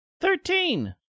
Thirteen